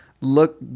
look